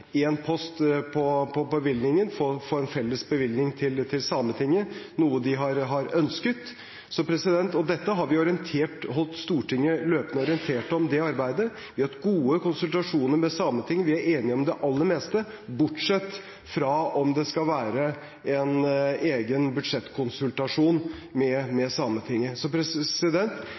om én post på bevilgningen, om å få en felles bevilgning til Sametinget, noe de har ønsket. Vi har holdt Stortinget løpende orientert om det arbeidet. Vi har hatt gode konsultasjoner med Sametinget. Vi er enige om det aller meste, bortsett fra om det skal være en egen budsjettkonsultasjon med Sametinget. Vi er enige med Sametinget